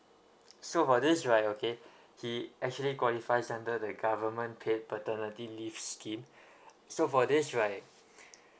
so for this right okay he actually qualifies under the government paid paternity leave scheme so for this right